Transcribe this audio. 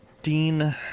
Dean